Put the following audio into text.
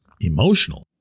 emotional